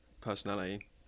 personality